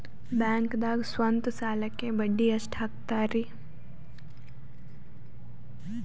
ಬ್ಯಾಂಕ್ದಾಗ ಸ್ವಂತ ಸಾಲಕ್ಕೆ ಬಡ್ಡಿ ಎಷ್ಟ್ ಹಕ್ತಾರಿ?